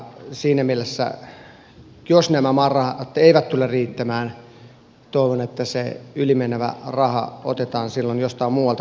siinä mielessä jos nämä määrärahat eivät tule riittämään toivon että se ylimenevä raha otetaan silloin jostain muualta kuin kunnilta